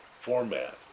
format